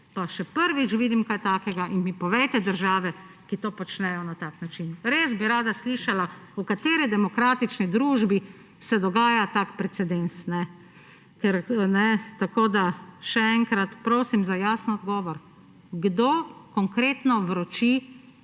pa še prvič vidim kaj takega in mi povejte države, ki to počnejo na tak način. Res bi rada slišala, v kateri demokratični družbi se dogaja tak precedens. Tako še enkrat prosim za jasen odgovor: Kdo konkretno vroči